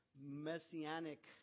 messianic